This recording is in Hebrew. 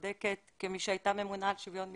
כפי שהייתה ממונה על שוויון מגדרי,